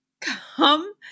come